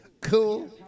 cool